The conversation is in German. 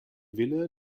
wille